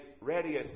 ready